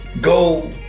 go